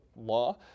law